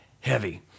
heavy